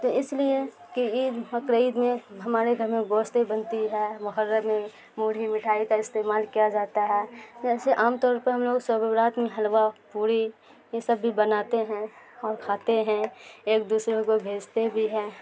تو اس لیے کہ عید بقرعید میں ہمارے گھر میں گوشت بنتی ہے محرم میں موڑھی مٹھائی کا استعمال کیا جاتا ہے جیسے عام طور پر ہم لوگ شب برات میں حلوہ پوڑی یہ سب بھی بناتے ہیں اور کھاتے ہیں ایک دوسرے کو بھیجتے بھی ہیں